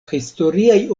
historiaj